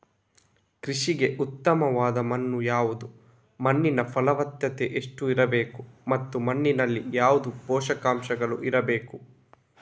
ಕೃಷಿಗೆ ಉತ್ತಮವಾದ ಮಣ್ಣು ಯಾವುದು, ಮಣ್ಣಿನ ಫಲವತ್ತತೆ ಎಷ್ಟು ಇರಬೇಕು ಮತ್ತು ಮಣ್ಣಿನಲ್ಲಿ ಯಾವುದು ಪೋಷಕಾಂಶಗಳು ಇರಬೇಕು?